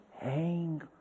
hang